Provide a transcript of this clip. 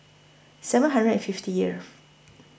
seven hundred and fifty years